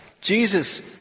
Jesus